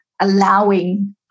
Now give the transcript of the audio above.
allowing